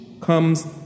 comes